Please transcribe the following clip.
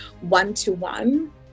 one-to-one